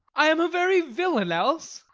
i am a very villain else.